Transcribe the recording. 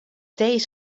crt